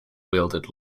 wielded